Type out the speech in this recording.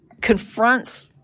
confronts